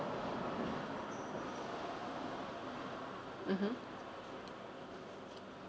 mmhmm